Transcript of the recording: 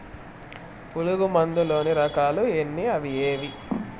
పులుగు మందు లోని రకాల ఎన్ని అవి ఏవి?